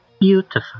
beautiful